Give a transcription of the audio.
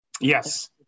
yes